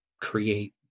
create